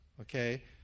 okay